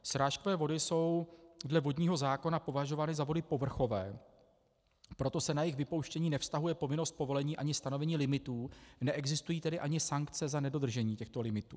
Srážkové vody jsou dle vodního zákona považovány za vody povrchové, proto se na jejich vypouštění nevztahuje povinnost povolení ani stanovení limitů, neexistují tedy ani sankce za nedodržení těchto limitů.